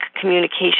communication